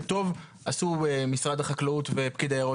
וטוב עשו משרד החקלאות ופקיד היערות